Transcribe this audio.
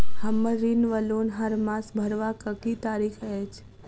हम्मर ऋण वा लोन हरमास भरवाक की तारीख अछि?